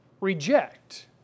reject